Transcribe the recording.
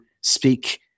speak